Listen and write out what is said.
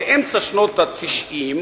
באמצע שנות ה-90,